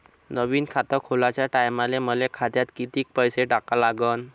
नवीन खात खोलाच्या टायमाले मले खात्यात कितीक पैसे टाका लागन?